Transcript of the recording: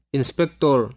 Inspector